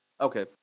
Okay